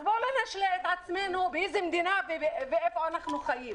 אז בואו לא נשלה את עצמנו באיזו מדינה ואיפה אנחנו חיים.